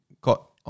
got